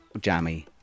jammy